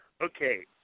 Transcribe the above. Okay